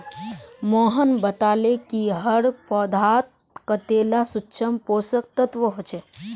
मोहन बताले कि हर पौधात कतेला सूक्ष्म पोषक तत्व ह छे